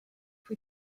pwy